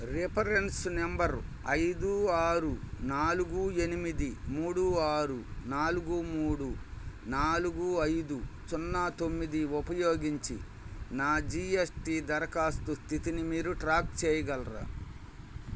reference number ఐదు ఆరు నాలుగు ఎనిమిది మూడు ఆరు నాలుగు మూడు నాలుగు ఐదు సున్నా తొమ్మిది ఉపయోగించి నా జి ఎస్ టి దరఖాస్తు స్థితిని మీరు ట్రాక్ చేయగలరా